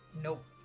Nope